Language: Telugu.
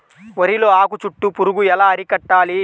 వరిలో ఆకు చుట్టూ పురుగు ఎలా అరికట్టాలి?